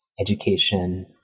education